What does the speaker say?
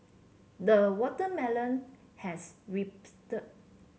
the watermelon has